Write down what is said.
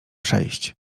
przejść